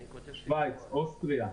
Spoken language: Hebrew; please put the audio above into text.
שוויץ, אוסטריה,